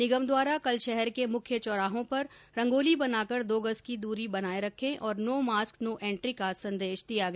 निगम द्वारा कल शहर के मुख्य चौराहों पर रंगोली बनाकर दो गज की दूरी बनाये रखे और नो मास्क नो एन्ट्री का संदेश दिया गया